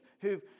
who've